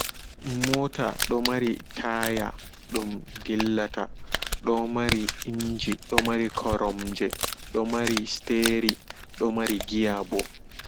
Mota domari taya dum dillata domari inji domari koromje steri domari giyaɓo